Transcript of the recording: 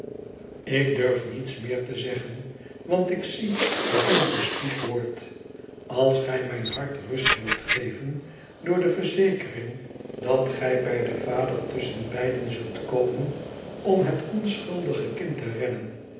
ik durf niets meer te zeggen want ik zie dat ik bespied word als gij mijn hart rust wilt geven door de verzekering dat gij bij den vader tusschen beiden zult komen om het onschuldige kind te redden